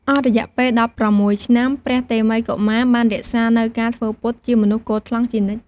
អស់រយៈពេល ១៦ ឆ្នាំ ព្រះតេមិយកុមារបានរក្សានូវការធ្វើពុតជាមនុស្សគថ្លង់ជានិច្ច។